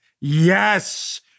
Yes